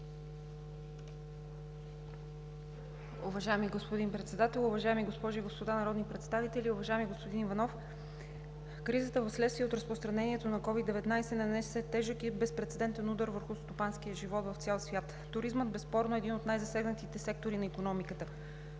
Уважаеми господин Председател, уважаеми госпожи и господа народни представители! Уважаеми господин Иванов, кризата вследствие на разпространението на COVID-19 нанесе тежък и безпрецедентен удар върху стопанския живот в цял свят. Туризмът безспорно е един от най-засегнатите сектори на икономиката.